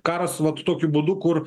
karas vat tokiu būdu kur